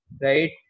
right